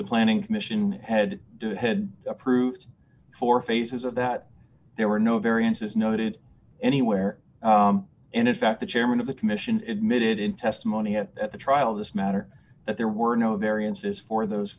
the planning commission had had approved for phases of that there were no variances noted anywhere and in fact the chairman of the commission emitted in testimony had at the trial this matter that there were no variances for those